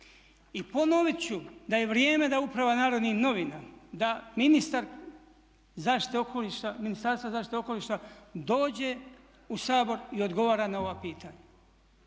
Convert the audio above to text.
I ponovit ću da je vrijeme da Uprava Narodnih novina, da ministar Ministarstva zaštite okoliša dođe u Sabor i odgovara na ova pitanja.